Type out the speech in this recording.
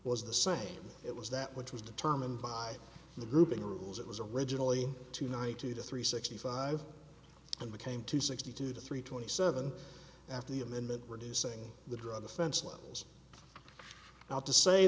was the same it was that which was determined by the grouping rules it was originally to night two to three sixty five and became to sixty two to three twenty seven after the amendment reducing the drug offense levels well to say